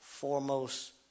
foremost